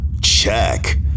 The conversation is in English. check